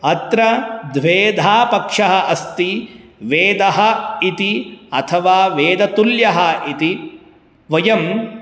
अत्र द्विधा पक्षः अस्ति वेदः इति अथवा वेदतुल्यः इति वयम्